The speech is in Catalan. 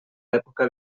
època